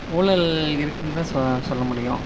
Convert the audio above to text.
ஊழல் இருக்குதுன்னு தான் சொல்ல சொல்ல முடியும்